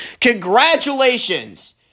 Congratulations